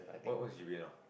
what what is G_P_A now